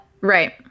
Right